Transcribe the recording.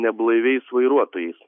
neblaiviais vairuotojais